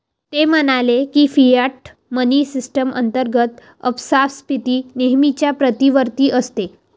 ते म्हणाले की, फियाट मनी सिस्टम अंतर्गत अपस्फीती नेहमीच प्रतिवर्ती असते